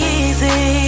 easy